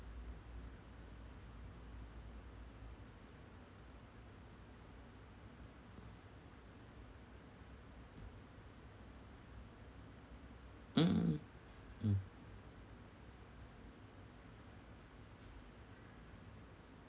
mm mm